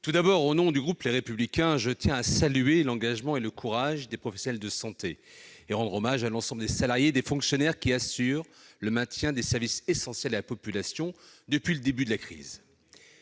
tout d'abord, au nom du groupe Les Républicains, je salue l'engagement et le courage des professionnels de santé et je rends hommage à l'ensemble des salariés et des fonctionnaires qui assurent le maintien des services essentiels à la population depuis le début de la crise.